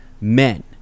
men